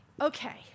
Okay